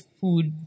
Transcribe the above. food